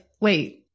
wait